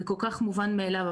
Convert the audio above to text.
זה כל כך מובן מאליו,